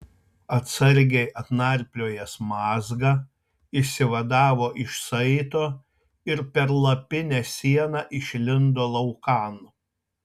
atsargiai atnarpliojęs mazgą išsivadavo iš saito ir per lapinę sieną išlindo laukan